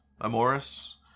Amoris